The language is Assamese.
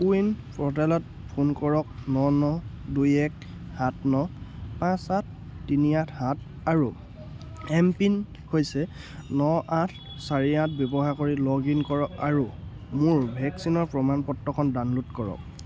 কোৱিন প'ৰ্টেলত ফোন কৰক ন ন দুই এক সাত ন পাঁচ আঠ তিনি আঠ সাত আৰু এম পিন হৈছে ন আঠ চাৰি আঠ ব্যৱহাৰ কৰি লগ ইন কৰক আৰু মোৰ ভেকচিনৰ প্ৰমাণপত্ৰখন ডাউনলোড কৰক